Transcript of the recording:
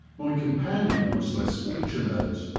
my companion was less fortunate,